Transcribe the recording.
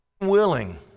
willing